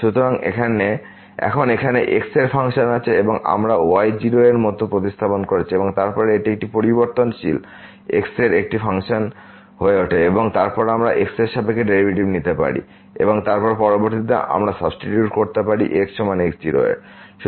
সুতরাং এখন এখানে x এর ফাংশন আছে কারণ আমরা y0এর মত প্রতিস্থাপিত করেছি এবং তারপর এটি একটি পরিবর্তনশীল x এর একটি ফাংশন হয়ে ওঠে এবং তারপর আমরা x এর সাপেক্ষে ডেরিভেটিভ নিতে পারি এবং তারপর পরবর্তীতে আমরা সাবস্টিটিউট করতে পারি x সমান x0 এর